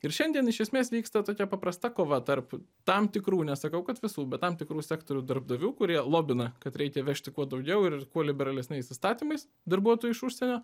ir šiandien iš esmės vyksta tokia paprasta kova tarp tam tikrų nesakau kad visų bet tam tikrų sektorių darbdavių kurie lobina kad reikia vežti kuo daugiau ir kuo liberalesniais įstatymais darbuotojų iš užsienio